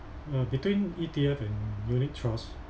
uh between E_T_F and unit trust